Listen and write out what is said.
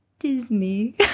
disney